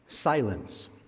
silence